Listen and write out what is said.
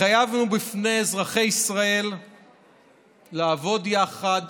התחייבנו בפני אזרחי ישראל לעבוד יחד